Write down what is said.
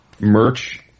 merch